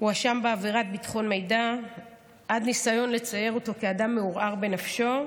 הואשם בעבירת ביטחון מידע עד ניסיון לצייר אותו כאדם מעורער בנפשו,